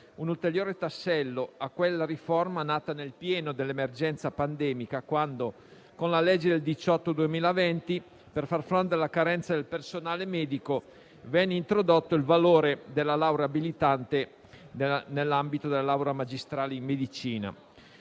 un ulteriore tassello a quella riforma nata nel pieno dell'emergenza pandemica quando, con la legge n. 18 del 2020, per far fronte alla carenza del personale medico venne introdotto il valore della laurea abilitante nell'ambito della laurea magistrale in medicina.